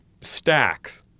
stacks